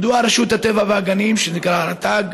מדוע רשות הטבע והגנים, שנקראת רט"ג,